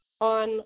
on